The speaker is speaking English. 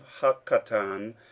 Hakatan